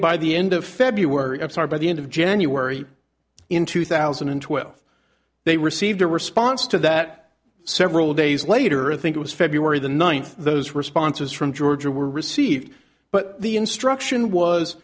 by the end of february of sar by the end of january in two thousand and twelve they received a response to that several days later i think it was february the ninth those responses from georgia were received but the instruction was